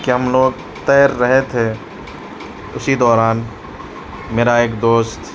کے ہم لوگ تیر رہے تھے اسی دوران میرا ایک دوست